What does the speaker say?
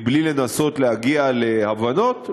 מבלי לנסות להגיע להבנות?